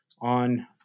on